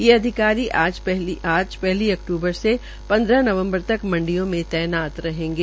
ये अधिकारी आज पहली अक्तूबर से पन्द्रह नवम्बर तक मंडियों में तैनात रहेंगे